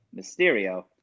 Mysterio